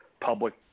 public